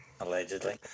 allegedly